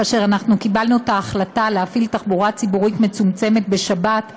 כאשר אנחנו קיבלנו את ההחלטה להפעיל תחבורה ציבורית מצומצמת בשבת,